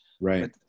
Right